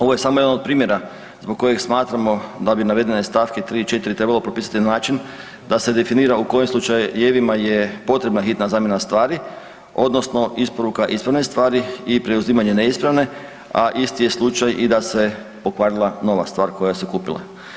Ovo je samo jedan od primjera zbog kojeg smatramo da bi navedene st. 3. i 4. trebalo propisati na način da se definira u kojim slučajevima je potrebna hitna zamjena stvari odnosno isporuka ispravne stvari i preuzimanje neispravne, a isti je slučaj i da se pokvarila nova stvar koja se kupila.